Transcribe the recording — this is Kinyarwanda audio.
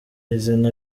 izina